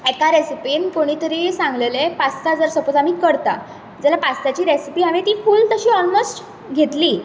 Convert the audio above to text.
एका रेसिपीन कोणी तरी सांगलेले पास्ता जर सपोज आमी करतां जाल्यार पास्ताची रेसिपी हांवे ती फूल तशी ऑलमोस्ट घेतली